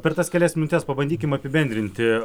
per tas kelias minutes pabandykim apibendrinti